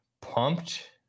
pumped